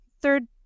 third